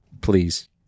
please